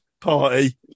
party